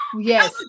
yes